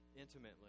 intimately